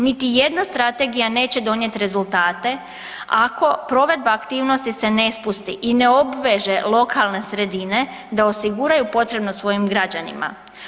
Niti jedna strategija neće donijeti rezultate ako provedba aktivnosti se ne spusti i ne obveže lokalne sredine da osiguraju potrebno svojim građanima.